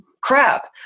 crap